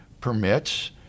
permits